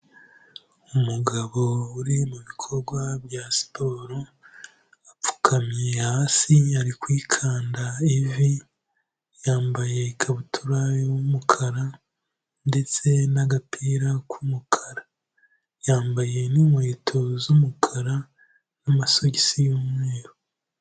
Umugabo uri mu bikorwa bya siporo, apfukamye hasi ari kwikanda ivi, yambaye ikabutura y'umukara ndetse n'agapira k'umukara. Yambaye n'inkweto z'umukara n'amasogisi y'umweru.